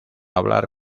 hablar